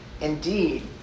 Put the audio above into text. Indeed